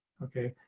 okay.